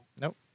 Nope